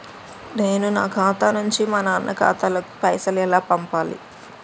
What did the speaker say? నేను నా ఖాతా నుంచి మా నాన్న ఖాతా లోకి పైసలు ఎలా పంపాలి?